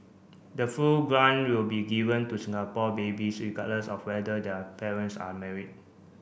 the full grant will be given to Singapore babies regardless of whether their parents are married